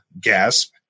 gasp